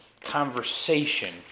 conversation